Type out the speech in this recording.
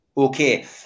Okay